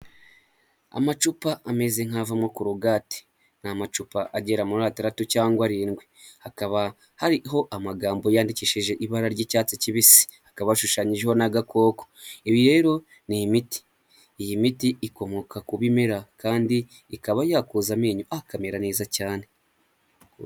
Amacupa ameze nk'avamo korogati ni amacupa agera muri atandatu cyangwa arindwi, hakaba hariho amagambo yandikishije ibara ry'icyatsi kibisi, hakaba hashushanyijeho n'agakoko, ibi rero ni imiti, iyi miti ikomoka ku bimera kandi ikaba yakoza amenyo akamera neza cyane.